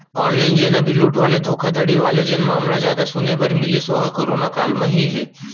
online जेन अभी लूट वाले धोखाघड़ी वाले जेन मामला जादा सुने बर मिलिस ओहा करोना काल म ही हे